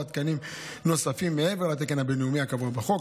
תקנים נוספים מעבר לתקן הבין-לאומי הקבוע בחוק,